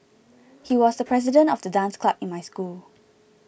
he was the president of the dance club in my school